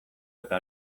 eta